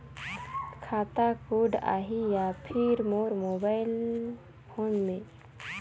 खाता कोड आही या फिर मोर मोबाइल फोन मे?